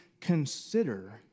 consider